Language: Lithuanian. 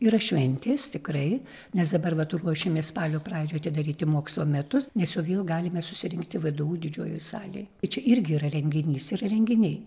yra šventės tikrai mes dabar vat ruošiamės spalio pradžioj atidaryti mokslo metus nes jau vėl galime susirinkti vdu didžiojoj salėj čia irgi yra renginys yra renginiai